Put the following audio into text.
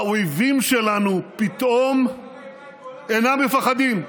האויבים שלנו פתאום אינם מפחדים.